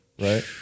Right